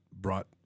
brought